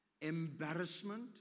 embarrassment